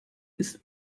ist